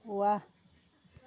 ৱাহ